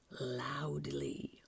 loudly